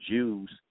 Jews